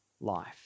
life